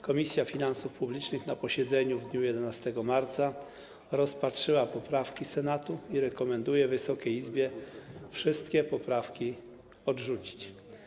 Komisja Finansów Publicznych na posiedzeniu w dniu 11 marca rozpatrzyła poprawki Senatu i rekomenduje Wysokiej Izbie wszystkie poprawki odrzucić.